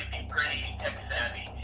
ipretty tech-savvy